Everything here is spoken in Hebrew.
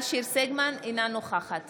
סגמן, אינה נוכחת